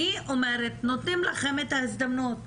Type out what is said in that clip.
אני אומרת, נותנים לכם את ההזדמנות.